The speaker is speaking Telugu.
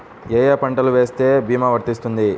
ఏ ఏ పంటలు వేస్తే భీమా వర్తిస్తుంది?